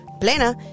Plena